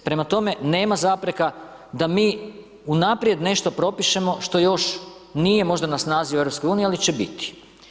Prema tome, nema zapreka da mi unaprijed nešto propišemo što još nije možda na snazi u EU, ali će biti.